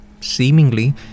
seemingly